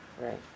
right